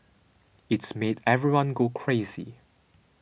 it's made everyone go crazy